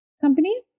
companies